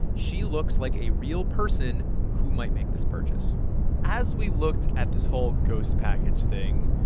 she looks like a real person who might make this purchase as we looked at this whole ghost package thing,